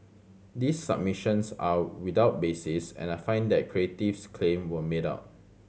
these submissions are without basis and I find that Creative's claim were made out